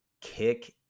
kick